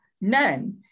none